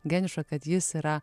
geniušą kad jis yra